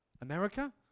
America